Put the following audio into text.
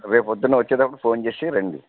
రేపు పొద్దున వచ్చేటప్పుడు ఫోన్ చేసి రండి